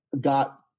got